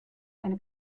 eine